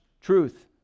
truth